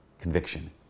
conviction